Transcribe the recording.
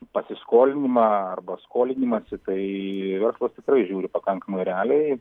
pasiskolinimą arba skolinimąsi tai verslas tikrai žiūri pakankamai realiai